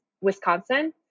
Wisconsin